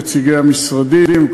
נציגי המשרדים,